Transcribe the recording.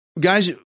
Guys